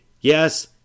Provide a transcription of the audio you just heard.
Yes